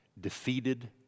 defeated